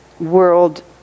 world